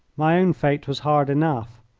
my own fate was hard enough.